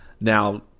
Now